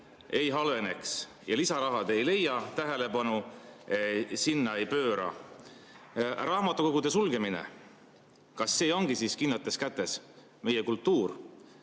ei halveneks. Aga lisaraha te ei leia, tähelepanu sinna ei pööra. Raamatukogude sulgemine – kas see ongi siis kindlates kätes, meie kultuur?